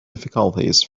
difficulties